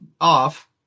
off